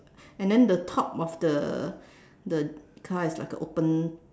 and then the top of the the car is like a open